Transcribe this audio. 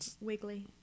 wiggly